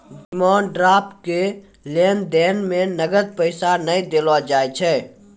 demand draft के लेन देन मे नगद पैसा नै देलो जाय छै